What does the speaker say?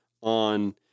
on